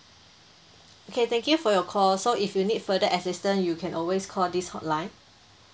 okay thank you for your call so if you need further assistance you can always call this hotline